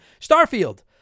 Starfield